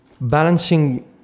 balancing